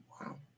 Wow